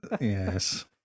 Yes